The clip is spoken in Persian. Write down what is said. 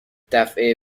دفعه